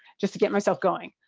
just to get myself going.